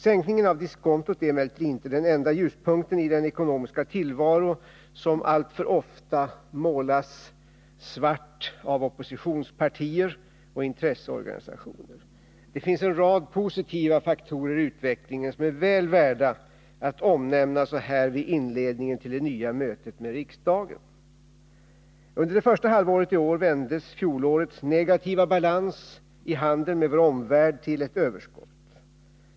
Sänkningen av diskontot är emellertid inte den enda ljuspunkten i den ekonomiska tillvaro som alltför ofta målas svart av oppositionspartier och intresseorganisationer. Det finns en rad positiva faktorer i utvecklingen som är väl värda att omnämna så här vid inledningen till det nya mötet med riksdagen. Under det första halvåret i år vändes fjolårets negativa balans i handeln med vår omvärld till ett överskott.